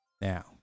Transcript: Now